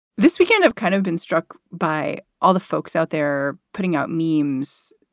this weekend, i've kind of been struck by all the folks out there putting out memes,